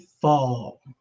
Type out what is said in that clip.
fall